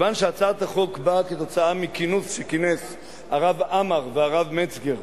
כיוון שהצעת החוק באה כתוצאה מכינוס שכינסו הרב עמאר והרב מצגר,